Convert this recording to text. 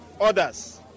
others